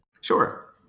Sure